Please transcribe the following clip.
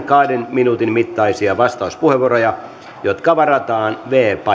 minuutin mittaisia vastauspuheenvuoroja jotka varataan viidennellä painikkeella